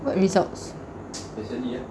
what results